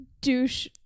douche